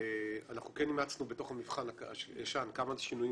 אנחנו המלצנו בתוך המבחן הישן כמה שינויים